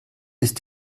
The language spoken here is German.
ist